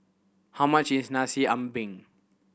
how much is Nasi Ambeng